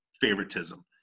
favoritism